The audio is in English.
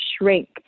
shrink